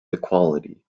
equality